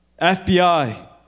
FBI